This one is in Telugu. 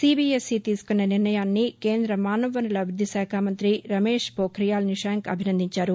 సీబీఎస్ఈ తీసుకున్న నిర్ణయాన్ని కేంద్ర మానవ వనరుల అభివ్బద్గిశాఖ మంతి రమేష్ పోత్రియాల్ నిషాంక్ అభినందించారు